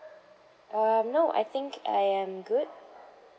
um no I think I am good